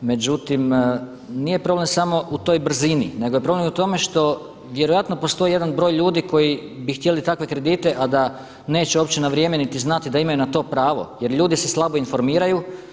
Međutim, nije problem samo u toj brzini, nego je problem u tome što vjerojatno postoji jedan broj ljudi koji bi htjeli takve kredite a da neće uopće na vrijeme niti znati da imaju na to pravo jer ljudi se slabo informiraju.